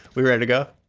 we ready to go.